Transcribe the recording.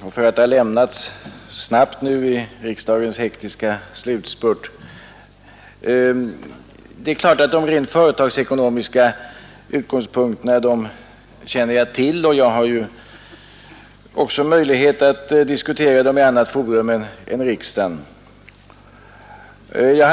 och för att det lämnats snabbt nu i riksdagens hektiska slutspurt. Det är klart att jag känner till de rent företagsekonomiska utgångspunkterna. Jag har också möjlighet att diskutera dem i annat forum än riksdagen.